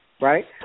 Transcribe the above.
Right